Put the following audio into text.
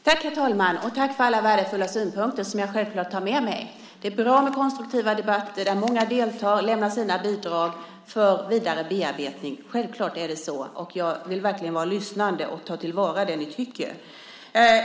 Herr talman! Tack för alla värdefulla synpunkter som jag självfallet tar med mig. Det är bra med konstruktiva debatter där många deltar och lämnar sina bidrag för vidare bearbetning. Självfallet är det så. Jag vill verkligen vara lyssnande och ta till vara det ni tycker.